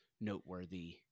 noteworthy